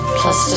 plus